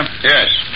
Yes